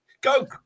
go